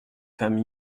femmes